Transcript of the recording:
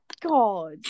God